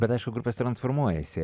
bet aišku grupės transformuojasi